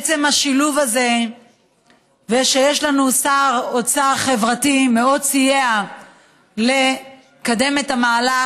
עצם השילוב הזה ושיש לנו שר אוצר חברתי מאוד סייעו לקדם את המהלך.